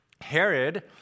Herod